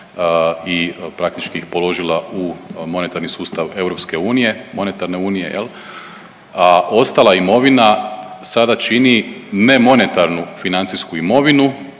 i praktički ih položila u monetarni sustav EU, monetarne unije jel, a ostala imovina sada čini nemonetarnu financijsku imovinu